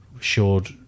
showed